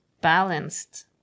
balanced